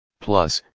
Plus